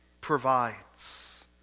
provides